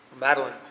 Madeline